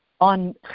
On